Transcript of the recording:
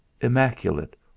immaculate